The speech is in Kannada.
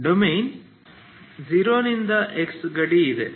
ಡೊಮೇನ್ 0 x ಗಡಿ ಇದೆ